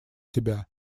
себя